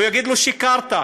והוא יגיד לו: שיקרת.